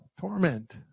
Torment